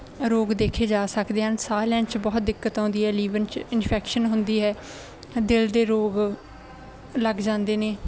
ਰੋਗ ਦੇਖੇ ਜਾ ਸਕਦੇ ਹਨ ਸਾਹ ਲੈਣ 'ਚ ਬਹੁਤ ਦਿੱਕਤ ਆਉਂਦੀ ਹੈ ਲੀਵਰ 'ਚ ਇਨਫੈਕਸ਼ਨ ਹੁੰਦੀ ਹੈ ਦਿਲ ਦੇ ਰੋਗ ਲੱਗ ਜਾਂਦੇ ਨੇ